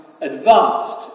Advanced